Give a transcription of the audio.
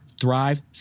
thrive